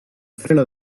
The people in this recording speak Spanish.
freno